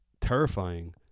terrifying